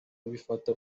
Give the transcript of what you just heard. bifata